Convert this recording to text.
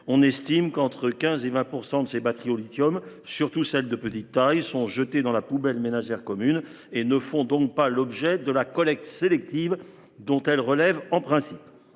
On estime qu’entre 15 % et 20 % de ces batteries au lithium, surtout celles de petite taille, sont jetées dans la poubelle ménagère commune et ne font donc pas l’objet de la collecte sélective dont elles relèvent en principe.